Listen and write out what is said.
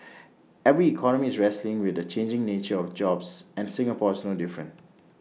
every economy is wrestling with the changing nature of jobs and Singapore is no different